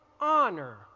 honor